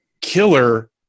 killer